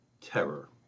terror